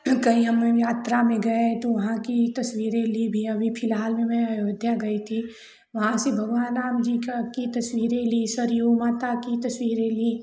तो कहीं हम यात्रा में गए तो वहाँ की तस्वीरें ली भी अभी फिलहाल में मैं अयोध्या गई थी वहाँ से भगवान राम जी का की तस्वीरें ली सरयू माता की तस्वीरें ली